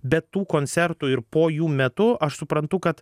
be tų koncertų ir po jų metu aš suprantu kad